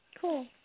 Cool